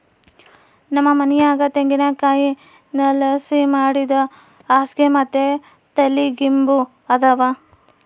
ನಮ್ ಮನ್ಯಾಗ ತೆಂಗಿನಕಾಯಿ ನಾರ್ಲಾಸಿ ಮಾಡಿದ್ ಹಾಸ್ಗೆ ಮತ್ತೆ ತಲಿಗಿಂಬು ಅದಾವ